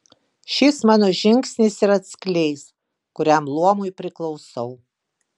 šis mano žingsnis ir atskleis kuriam luomui priklausau